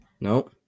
No